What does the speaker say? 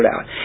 out